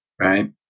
right